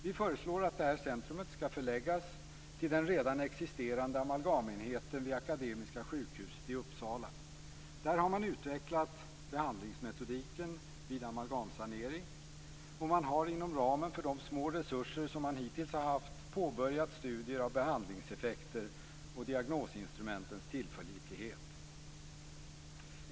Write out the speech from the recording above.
Vi föreslår att detta centrum skall förläggas till den redan existerande amalgamenheten vid Akademiska sjukhuset i Uppsala. Där har man utvecklat behandlingsmetodiken vid amalgamsanering och har, inom ramen för de små resurser man hittills haft, påbörjat studier av behandlingseffekter och diagnosinstrumentens tillförlitlighet.